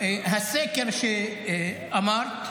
הסקר שאמרת,